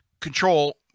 control